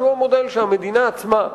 שהוא המודל שהמדינה עצמה,